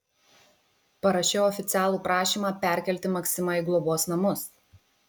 parašiau oficialų prašymą perkelti maksimą į globos namus